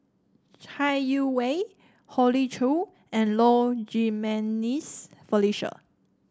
Chai Yee Wei Hoey Choo and Low Jimenez Felicia